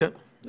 כן.